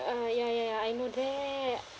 uh ya ya ya I know there